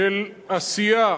של עשייה.